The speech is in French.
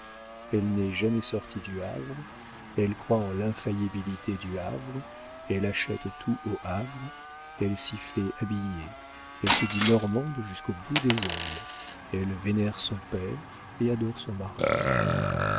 elle n'est jamais sortie du havre elle croit en l'infaillibilité du havre elle achète tout au havre elle s'y fait habiller elle se dit normande jusqu'au bout des ongles elle vénère son père et adore son mari